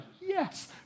yes